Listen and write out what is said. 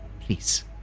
Please